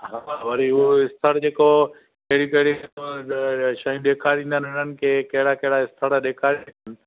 हा वरी उहो स्तर जेको केरियूं केरियूं शयूं ॾेखारींदा हिननि खे कहिड़ा कहिड़ा स्थल ॾेखारींदा